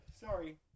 Sorry